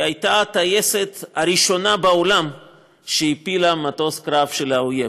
היא הייתה הטייסת הראשונה בעולם שהפילה מטוס קרב של האויב,